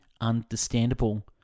understandable